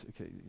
okay